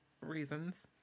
reasons